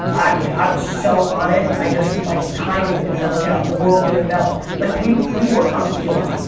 i mean, i was so on it. i just, my timing didn't work out the world didn't melt. like we we work on fila,